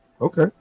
okay